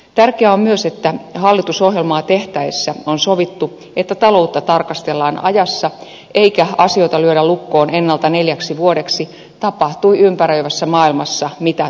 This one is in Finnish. tärkeää on myös että hallitusohjelmaa tehtäessä on sovittu että taloutta tarkastellaan ajassa eikä asioita lyödä lukkoon ennalta neljäksi vuodeksi tapahtui ympäröivässä maailmassa mitä tahansa